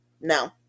no